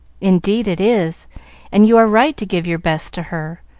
indeed it is and you are right to give your best to her.